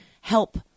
help